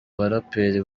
baraperi